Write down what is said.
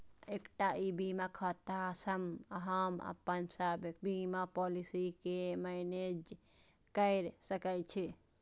एकटा ई बीमा खाता सं अहां अपन सब बीमा पॉलिसी कें मैनेज कैर सकै छी